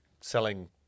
selling